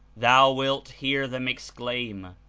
thou wilt hear them exclaim